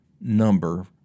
number